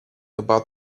about